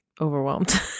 overwhelmed